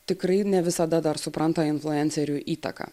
tikrai ne visada dar supranta influencerių įtaką